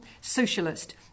socialist